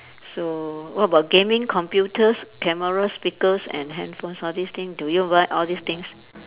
so what about gaming computers cameras speakers and handphones all this thing do you buy all these things